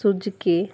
Suzuki